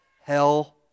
Hell